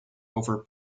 over